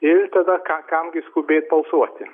ir tada ka kamgi skubėt balsuoti